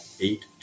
eight